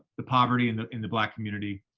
the poverty in the, in the black community.